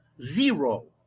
Zero